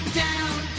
down